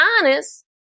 honest